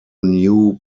new